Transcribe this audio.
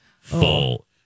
Full